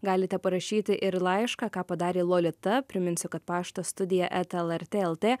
galite parašyti ir laišką ką padarė lolita priminsiu kad paštas studija eta lrt lt